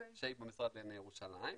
שהיא במשרד לענייני ירושלים.